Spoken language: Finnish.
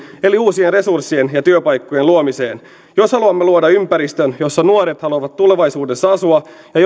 eli uusien resurssien ja työpaikkojen luomiseen jos haluamme luoda ympäristön jossa nuoret haluavat tulevaisuudessa asua ja